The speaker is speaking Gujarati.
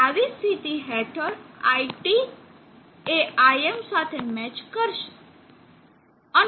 આવી સ્થિતિ હેઠળ iT એ Im સાથે મેચ કરશે